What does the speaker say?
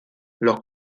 los